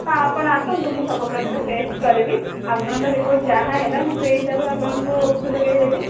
ହଁ ଆପଣ ଆସନ୍ତୁ ମୁଁ ସବୁ ପ୍ରକାର ଟେଷ୍ଟ କରିବି ଆପଣଙ୍କ ରିପୋର୍ଟ୍ ଯାହା ହେଲା ମୁଁ ସେହି ହିସାବରେ ଆପଣଙ୍କୁ ଔଷଧ ଯୋଗାଇଦେବି